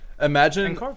Imagine